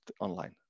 online